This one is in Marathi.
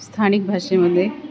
स्थानिक भाषेमध्ये